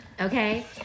Okay